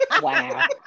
wow